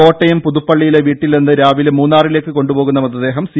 കോട്ടയം പുതുപ്പള്ളിയിലെ വീട്ടിൽ നിന്ന് രാവിലെ മൂന്നാറിലേക്കു കൊണ്ടുപോകുന്ന മൃതദേഹം സി